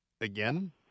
again